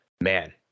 man